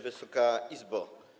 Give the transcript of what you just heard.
Wysoka Izbo!